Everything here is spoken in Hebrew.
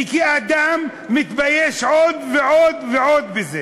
וכאדם מתבייש עוד ועוד ועוד בזה.